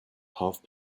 half